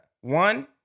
One